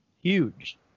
Huge